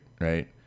right